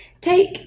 take